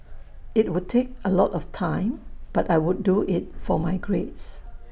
IT would take A lot of time but I would do IT for my grades